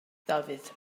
dafydd